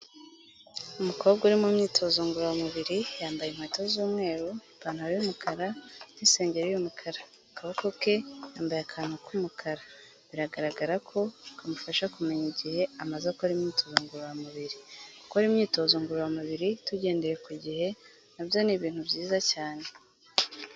Umukobwa uri mu myitozo ngororamubiri, yambaye inkweto z'umweru, ipantaro y'umukara n'insengero y'umukara, ku kaboko ke yambaye akantu k'umukara, biragaragara ko kamufasha kumenya igihe amaze akora imyitozo ngororamubiri, gukora imyitozo ngororamubiri tugendeye ku gihe na byo ni ibintu byiza cyane.